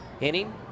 inning